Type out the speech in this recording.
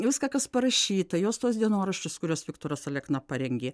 viską kas parašyta jos tuos dienoraščius kuriuos viktoras alekna parengė